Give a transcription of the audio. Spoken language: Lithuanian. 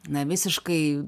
na visiškai